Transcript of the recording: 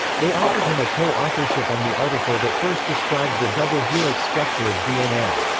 they offered him a co-authorship on the article that first described the double helix structure of dna.